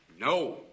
No